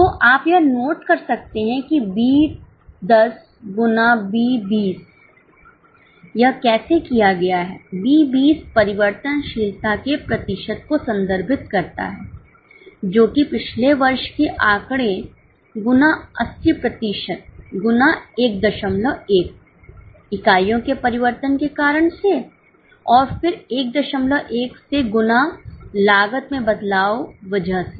तो आप यह नोट कर सकते हैं कि बी 10 गुना बी 20 यह कैसे किया गया है बी 20 परिवर्तनशीलता के प्रतिशत को संदर्भित करता है जो कि पिछले वर्ष के आंकड़े गुना 80 प्रतिशत गुना11 इकाइयों के परिवर्तन के कारण से और फिर 11 से गुना लागत में बदलाव वजह से